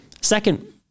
Second